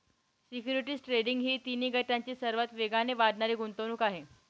securities trading ही तिन्ही गटांची सर्वात वेगाने वाढणारी गुंतवणूक आहे